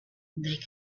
they